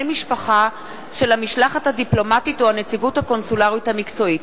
משפחה של המשלחת הדיפלומטית או הנציגות הקונסולרית המקצועית.